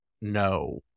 no